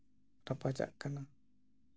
ᱨᱟᱯᱟᱪᱟᱜ ᱠᱟᱱᱟ